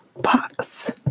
box